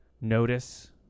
notice